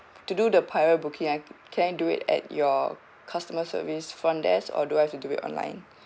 to do the prior booking I can I do it at your customer service front desk or do I have to do it online